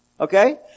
Okay